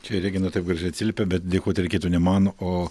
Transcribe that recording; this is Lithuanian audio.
čia regina taip gražiai atsiliepė bet dėkoti reikėtų ne man o